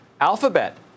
Alphabet